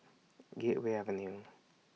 Gateway Avenue